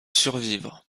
survivre